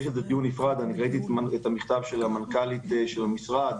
ראיתי את המכתב של המנכ"לית של המשרד